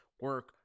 Work